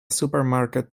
supermarket